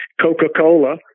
Coca-Cola